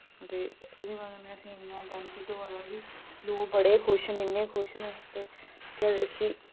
ते एह्दी बजह कन्नै असें इन्ना बैनिफिट होआ दा कि लोक बड़े खुश न इन्ने खुश न ते के आखदे उसी